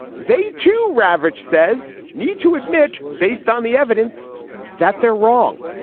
they, too, ravitch says, need to admit based on the evidence that they're wrong.